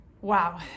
wow